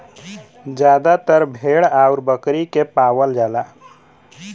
जादातर भेड़ आउर बकरी से पावल जाला